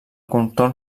contorn